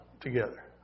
together